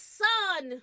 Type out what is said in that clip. son